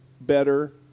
better